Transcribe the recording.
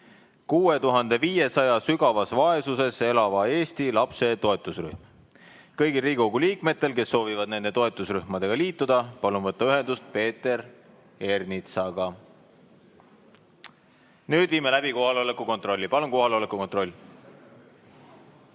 6500 sügavas vaesuses elava Eesti lapse toetusrühm. Kõigil Riigikogu liikmetel, kes soovivad nende toetusrühmadega liituda, palun võtta ühendust Peeter Ernitsaga. Nüüd viime läbi kohaloleku kontrolli. Kohalolijaks